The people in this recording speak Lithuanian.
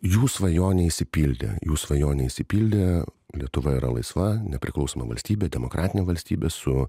jų svajonė išsipildė jų svajonė išsipildė lietuva yra laisva nepriklausoma valstybė demokratinė valstybė su